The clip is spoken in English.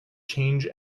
change